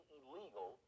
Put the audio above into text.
illegal